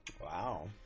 Wow